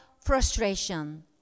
frustration